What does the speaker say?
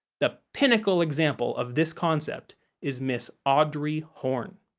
the pinnacle example of this concept is miss audrey horne.